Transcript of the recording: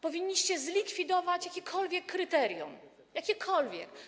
Powinniście zlikwidować jakiekolwiek kryterium, jakiekolwiek.